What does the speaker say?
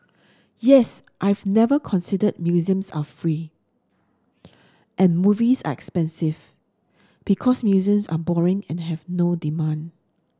yes I've never considered museums are free and movies are expensive because museums are boring and have no demand